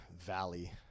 valley